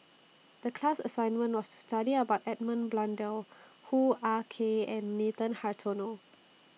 The class assignment was to study about Edmund Blundell Hoo Ah Kay and Nathan Hartono